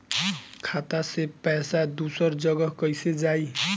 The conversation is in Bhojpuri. खाता से पैसा दूसर जगह कईसे जाई?